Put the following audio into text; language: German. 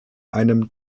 einem